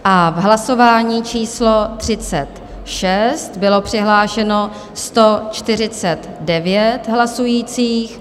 V hlasování číslo 36 bylo přihlášeno 149 hlasujících.